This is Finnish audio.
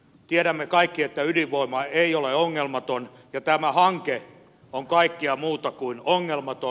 tiedämme kaikki että ydinvoima ei ole ongelmatonta ja tämä hanke on kaikkea muuta kuin ongelmaton